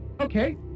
Okay